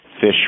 fish